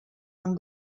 han